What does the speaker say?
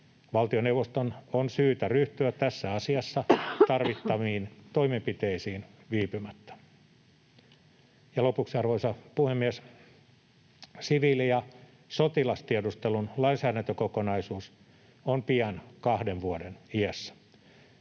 Valtioneuvoston on syytä ryhtyä tässä asiassa tarvittaviin toimenpiteisiin viipymättä. Lopuksi, arvoisa puhemies: Siviili- ja sotilastiedustelun lainsäädäntökokonaisuus on pian kahden vuoden iässä.